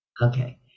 okay